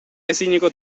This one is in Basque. ezineko